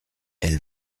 elle